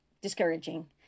discouraging